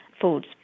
foods